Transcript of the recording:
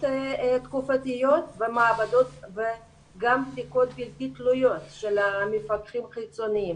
תקופתיות וגם בדיקות בלתי תלויות של מפקחים חיצוניים.